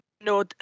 no